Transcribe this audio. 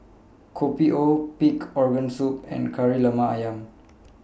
Kopi O Pig Organ Soup and Kari Lemak Ayam